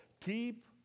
keep